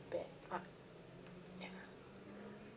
bad art ya